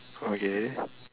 okay